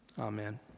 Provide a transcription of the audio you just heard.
Amen